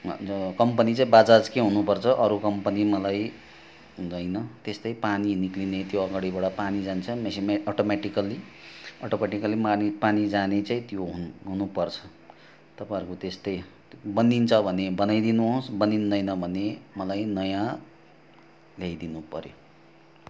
ज कम्पनी चाहिँ बाजाजकै हुनुपर्छ अरू कम्पनी मलाई हुँदैन त्यस्तै पानी निस्किने त्यो अगाडिबाट पानी जान्छ मेसिनमै अटोमेटिकल्ली अटोमेटिकल्ली माने पानी जाने चाहिँ त्यो हुन हुनुपर्छ तपाईँहरूको त्यस्तै बनिन्छ भने बनाइदिनु होस् बनिँदैन भने मलाई नयाँ ल्याइदिनु पऱ्यो